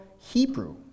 Hebrew